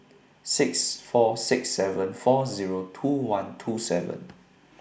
six four six seven four Zero two one two seven